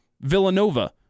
Villanova